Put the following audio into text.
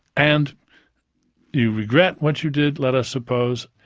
and you regret what you did, let us suppose,